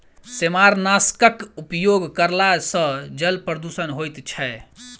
सेमारनाशकक उपयोग करला सॅ जल प्रदूषण होइत छै